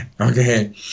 Okay